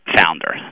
founder